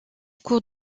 cours